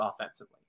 offensively